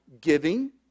giving